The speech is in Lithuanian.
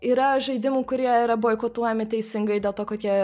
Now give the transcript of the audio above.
yra žaidimų kurie yra buvo boikotuojami teisingai dėl to kad jie